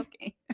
Okay